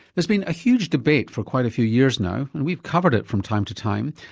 there's been a huge debate for quite a few years now, and we've covered it from time to time,